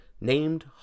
named